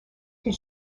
tes